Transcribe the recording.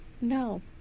no